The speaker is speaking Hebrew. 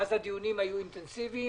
שאז הדיונים היו אינטנסיביים.